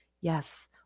yes